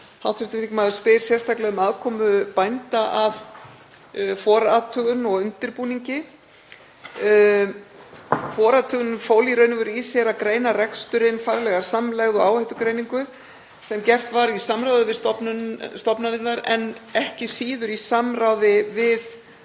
Hv. þingmaður spyr sérstaklega um aðkomu bænda að forathugun og undirbúningi. Forathugunin fól í raun og veru í sér að greina reksturinn faglega, samlegð og áhættugreiningu sem gert var í samráði við stofnanirnar en ekki síður í samráði við